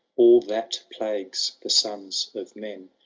all that plagaes the sons of men.